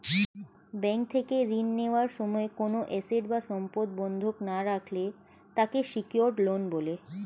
bank থেকে ঋণ নেওয়ার সময় কোনো অ্যাসেট বা সম্পদ বন্ধক না রাখলে তাকে সিকিউরড লোন বলে